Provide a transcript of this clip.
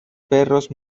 perros